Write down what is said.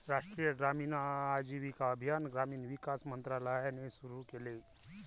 राष्ट्रीय ग्रामीण आजीविका अभियान ग्रामीण विकास मंत्रालयाने सुरू केले